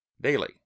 daily